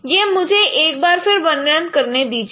यह मुझे एक बार फिर वर्णित करने दीजिए